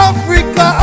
Africa